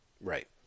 Right